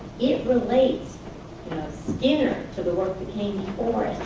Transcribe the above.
it relates skinner to the work that came